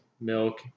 milk